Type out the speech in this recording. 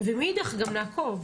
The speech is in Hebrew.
ומאידך גם נעקוב,